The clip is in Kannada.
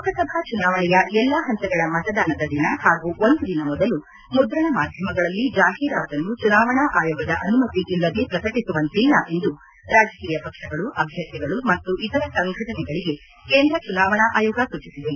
ಲೋಕಸಭಾ ಚುನಾವಣೆಯ ಎಲ್ಲಾ ಹಂತಗಳ ಮತದಾನದ ದಿನ ಹಾಗೂ ಒಂದು ದಿನ ಮೊದಲು ಮುದ್ರಣ ಮಾಧ್ಯಮಗಳಲ್ಲಿ ಜಾಹೀರಾತನ್ನು ಚುನಾವಣಾ ಆಯೋಗದ ಅನುಮತಿ ಇಲ್ಲದೆ ಪ್ರಕಟಿಸುವಂತಿಲ್ಲ ಎಂದು ರಾಜಕೀಯ ಪಕ್ಷಗಳು ಅಭ್ಯರ್ಥಿಗಳು ಮತ್ತು ಇತರ ಸಂಘಟನೆಗಳಿಗೆ ಕೇಂದ್ರ ಚುನಾವಣಾ ಆಯೋಗ ಸೂಚಿಸಿದೆ